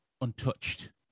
untouched